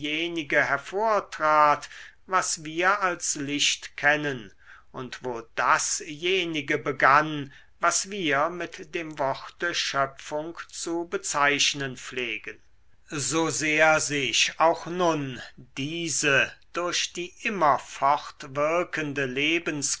hervortrat was wir als licht kennen und wo dasjenige begann was wir mit dem worte schöpfung zu bezeichnen pflegen so sehr sich auch nun diese durch die immer